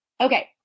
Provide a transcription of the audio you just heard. Okay